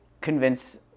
convince